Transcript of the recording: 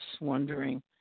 wondering